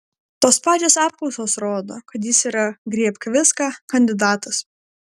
tos pačios apklausos rodo kad jis yra griebk viską kandidatas